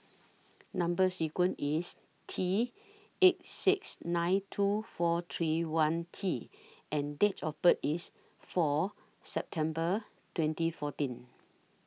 Number sequence IS T eight six nine two four three one T and Date of birth IS four September twenty fourteen